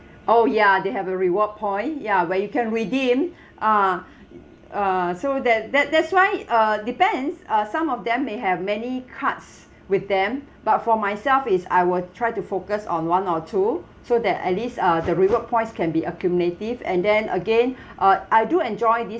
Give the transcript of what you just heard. oh ya they have a reward point ya where you can redeem ah uh so that that that's why uh depends uh some of them may have many cards with them but for myself is I will try to focus on one or two so that at least uh the reward points can be accumulative and then again uh I do enjoy this